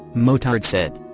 motard said.